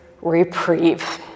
reprieve